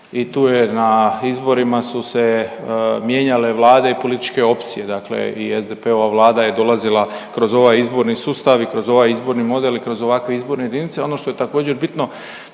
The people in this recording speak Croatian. i tu je na izborima su se mijenjale vlade i političke opcije. Dakle i SDP-ova vlada je dolazila kroz ovaj izborni sustav i kroz ovaj izborni model i kroz ovakve izborne jedinice. Ono što je također bitno